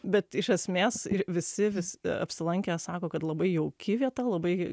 bet iš esmės ir visi vis apsilankę sako kad labai jauki vieta labai